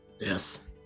Yes